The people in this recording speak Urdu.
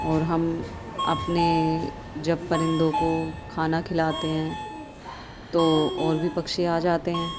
اور ہم اپنے جب پرندوں کو کھانا کھلاتے ہیں تو اور بھی پکشی آ جاتے ہیں